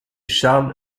charles